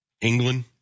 England